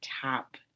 top